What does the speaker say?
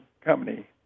company